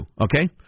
okay